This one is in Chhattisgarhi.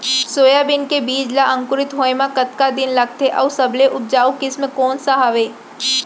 सोयाबीन के बीज ला अंकुरित होय म कतका दिन लगथे, अऊ सबले उपजाऊ किसम कोन सा हवये?